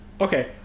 Okay